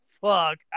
fuck